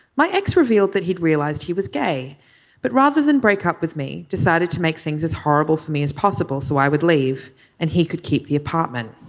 my ex revealed that he'd realized he was gay but rather than break up with me decided to make things as horrible for me as possible so i would leave and he could keep the apartment.